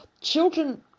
Children